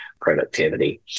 productivity